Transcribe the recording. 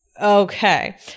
Okay